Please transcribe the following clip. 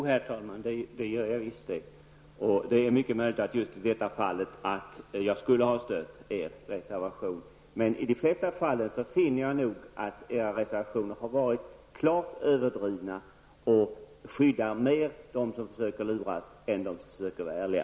Herr talman! Jo, det gör jag. Det är mycket möjligt att jag i detta fall skulle ha stött er reservation. I de flesta fall finner jag nog att era reservationer är klart överdrivna och mera skyddar de som försöker luras än de som försöker vara ärliga.